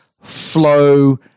flow